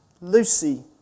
Lucy